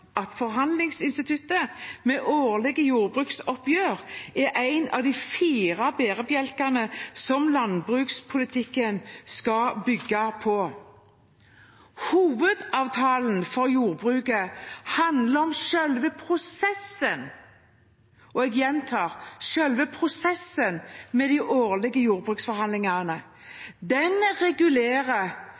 at forhandlingsinstituttet med årlige jordbruksoppgjør er en av de fire bærebjelkene som landbrukspolitikken skal bygge på. Hovedavtalen for jordbruket handler om selve prosessen – og jeg gjentar: selve prosessen – med de årlige jordbruksforhandlingene. Den regulerer